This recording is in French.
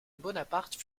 bonaparte